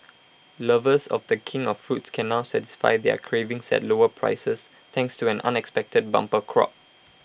lovers of the king of fruits can now satisfy their cravings at lower prices thanks to an unexpected bumper crop